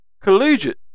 Collegiate